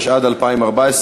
התשע"ד 2014,